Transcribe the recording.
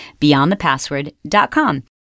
beyondthepassword.com